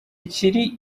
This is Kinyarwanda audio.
ikiri